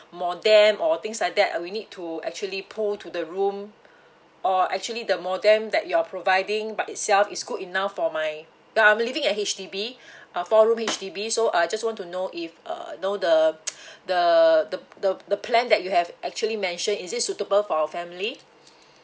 modem or things like that we need to actually pull to the room or actually the modem that you're providing by itself is good enough for my ya I'm living at H_D_B ah four room H_D_B so I just want to know if uh you know the the the the the plan that you have actually mentioned is it suitable for our family